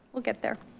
we'll get there.